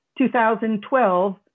2012